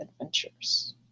adventures